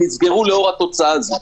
נסגרו לאור התוצאה הזאת.